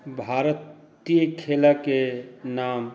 भारतीय खेलके नाम